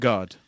God